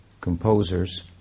composers